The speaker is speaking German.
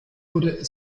wurde